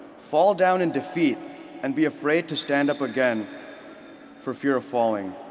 fall down in defeat and be afraid to stand up again for fear of falling.